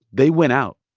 they win out.